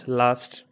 last